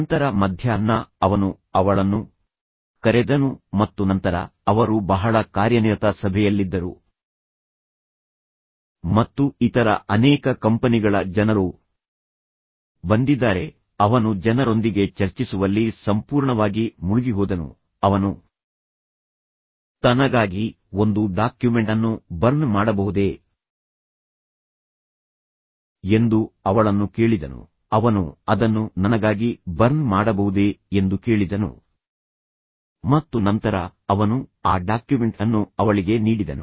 ನಂತರ ಮಧ್ಯಾಹ್ನ ಅವನು ಅವಳನ್ನು ಕರೆದನು ಮತ್ತು ನಂತರ ಅವರು ಬಹಳ ಕಾರ್ಯನಿರತ ಸಭೆಯಲ್ಲಿದ್ದರು ಮತ್ತು ಇತರ ಅನೇಕ ಕಂಪನಿಗಳ ಜನರು ಬಂದಿದ್ದಾರೆ ಅವನು ಜನರೊಂದಿಗೆ ಚರ್ಚಿಸುವಲ್ಲಿ ಸಂಪೂರ್ಣವಾಗಿ ಮುಳುಗಿಹೋದನು ಅವನು ತನಗಾಗಿ ಒಂದು ಡಾಕ್ಯುಮೆಂಟ್ ಅನ್ನು ಬರ್ನ್ ಮಾಡಬಹುದೇ ಎಂದು ಅವಳನ್ನು ಕೇಳಿದನು ಅವನು ಅದನ್ನು ನನಗಾಗಿ ಬರ್ನ್ ಮಾಡಬಹುದೇ ಎಂದು ಕೇಳಿದನು ಮತ್ತು ನಂತರ ಅವನು ಆ ಡಾಕ್ಯುಮೆಂಟ್ ಅನ್ನು ಅವಳಿಗೆ ನೀಡಿದನು